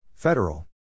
Federal